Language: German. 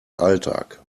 alltag